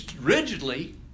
rigidly